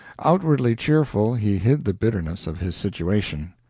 outwardly cheerful, he hid the bitterness of his situation.